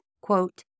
quote